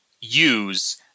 use